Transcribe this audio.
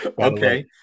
Okay